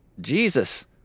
Jesus